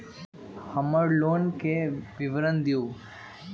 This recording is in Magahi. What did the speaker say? हमर लोन के विवरण दिउ